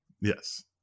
yes